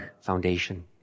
Foundation